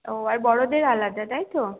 ও আর বড়োদের আলাদা তাই তো